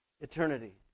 Eternity